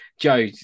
Joe